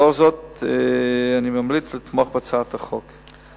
לאור זאת, אני ממליץ לתמוך בהצעת החוק.